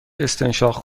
استنشاق